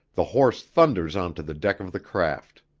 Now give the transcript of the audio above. the horse thunders onto the deck of the craft.